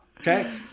Okay